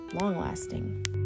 long-lasting